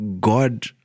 God